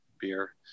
beer